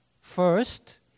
First